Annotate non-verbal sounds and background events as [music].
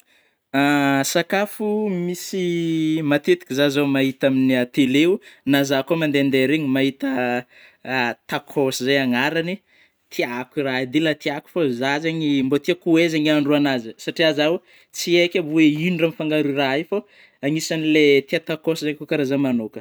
[noise] [hesitation] Sakafo misy matetiky, zaho zao mahita amigna télé oh ,na zaho kôa mandehandeha reny mahita [hesitation] tacos zeigny agnarany, tiako raha io dila tena tiako fô, zaho zegny, mbô tiako ho hay zagny mahandro an'azy e, satria zaho tsy eiky avy oe ino avy fangaron'ny raha io, fô anisan'ilay tia tacos zay koa kara zaho magnao ka.